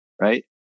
right